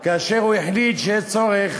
כאשר הוא החליט שיש צורך